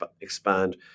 expand